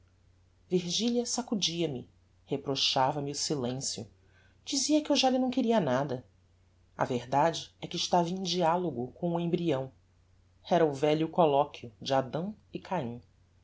virgilia sacudia me reprochava me o silencio dizia que eu já lhe não queria nada a verdade é que estava em dialogo com o embryão era o velho colloquio de adão e caim